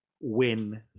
Win